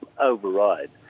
override